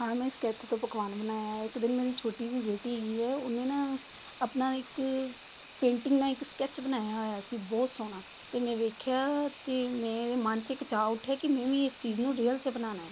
ਹਾਂ ਮੈਂ ਸਕੈਚ ਤੋਂ ਪਕਵਾਨ ਬਣਾਇਆ ਇੱਕ ਦਿਨ ਮੇਰੀ ਛੋਟੀ ਜਿਹੀ ਬੇਟੀ ਹੈਗੀ ਹੈ ਉਹਨੇ ਨਾ ਆਪਣਾ ਇੱਕ ਪੇਂਟਿੰਗ ਨਾ ਇੱਕ ਸਕੈਚ ਬਣਾਇਆ ਹੋਇਆ ਸੀ ਬਹੁਤ ਸੋਹਣਾ ਅਤੇ ਮੈਂ ਦੇਖਿਆ ਅਤੇ ਮੇਰੇ ਮਨ 'ਚ ਇੱਕ ਚਾਅ ਉੱਠਿਆ ਕਿ ਮੈਂ ਵੀ ਇਸ ਚੀਜ਼ ਨੂੰ ਰੀਅਲ 'ਚ ਬਣਾਉਣਾ ਹੈ